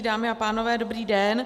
Dámy a pánové, dobrý den.